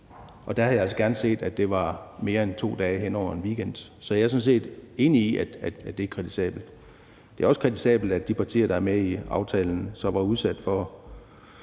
Og der havde jeg altså gerne set, at det var mere end 2 dage hen over en weekend. Så jeg er sådan set enig i, at det er kritisabelt. Det er også kritisabelt, at de partier, der er med i aftalen, så var udsat for